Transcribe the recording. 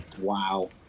Wow